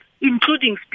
including